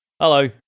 Hello